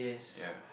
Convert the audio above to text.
ya